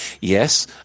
Yes